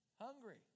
hungry